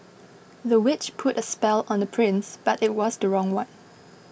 the witch put a spell on the prince but it was the wrong one